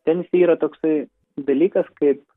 tenise yra toksai dalykas kaip